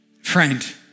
Friend